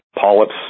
polyps